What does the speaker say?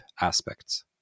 aspects